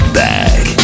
back